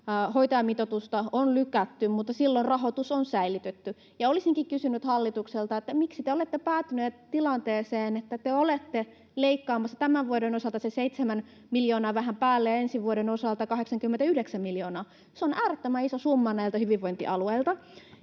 hoitajamitoitusta on lykätty, mutta silloin rahoitus on säilytetty. Olisinkin kysynyt hallitukselta: miksi te olette päätyneet tilanteeseen, että olette leikkaamassa tämän vuoden osalta sen seitsemän miljoonaa ja vähän päälle ja ensi vuoden osalta 89 miljoonaa? Se on äärettömän iso summa hyvinvointialueilta.